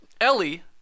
Ellie